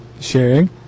sharing